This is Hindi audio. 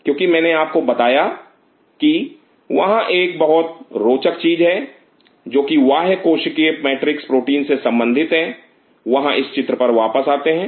क्योंकि मैंने आपको बताया कि वहां एक बहुत रोचक चीज है जो कि बाह्य कोशिकीय मैट्रिक्स प्रोटीन से संबंधित है वहां इस चित्र पर वापस आते हैं